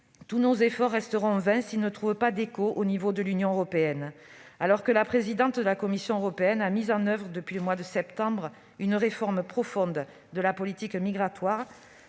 tous nos efforts resteront vains s'ils ne trouvent pas d'écho au niveau de l'Union européenne. Alors que la présidente de la Commission européenne a mis en oeuvre depuis le mois de septembre une réforme profonde de la politique migratoire,